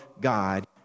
God